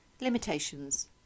Limitations